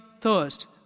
thirst